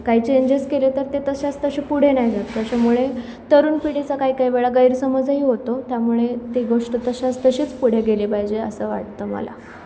काही चेंजेस केले तर ते तशाच तसे पुढे नाही जात त्याच्यामुळे तरुण पिढीचा काही काही वेळा गैरसमजही होतो त्यामुळे ती गोष्ट तशाच तशेच पुढे गेली पाहिजे असं वाटतं मला